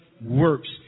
Works